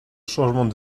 changement